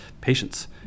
patients